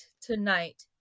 tonight